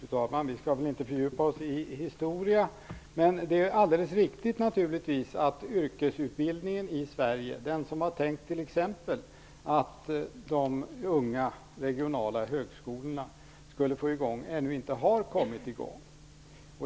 Fru talman! Vi skall väl inte fördjupa oss i historien, men det är naturligtvis alldeles riktigt att den yrkesutbildning som det var tänkt att t.ex. de unga regionala högskolorna skulle få i gång i Sverige ännu inte har kommit i gång.